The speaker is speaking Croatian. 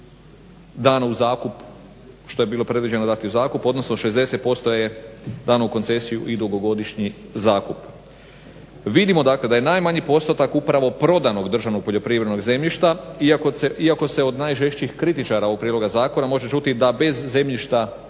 29% od onog što je predviđeno za u prodaju prodano, da je 60% je dano u koncesiju i dugogodišnji zakup. Vidimo dakle da je najmanji postotak upravo prodanog državnog poljoprivrednog zemljišta, iako se od najžešćih kritičara ovog prijedloga zakona može čuti da bez zemljišta